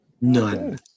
None